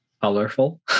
colorful